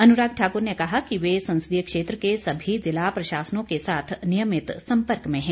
अनुराग ठाकुर ने कहा कि वह संसदीय क्षेत्र के सभी जिला प्रशासनों के साथ नियमित सम्पर्क में है